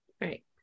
Right